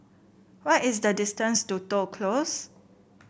what is the distance to Toh Close